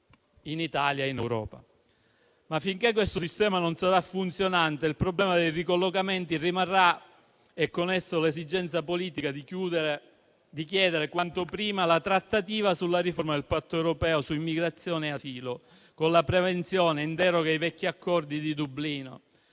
in Italia o in Europa. Finché però questo sistema non sarà funzionante, il problema dei ricollocamenti rimarrà e con esso l'esigenza politica di chiedere quanto prima la trattativa sulla riforma del Patto europeo su migrazione e asilo, con la previsione, in deroga ai vecchi accordi di Dublino,